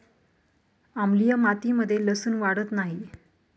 आम्लीय मातीमध्ये लसुन वाढत नाही